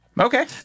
Okay